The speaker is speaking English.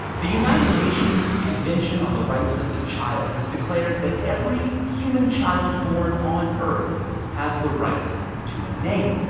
the united nations convention on the rights of the child has declared that every human child born on earth has the right to a name.